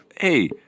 hey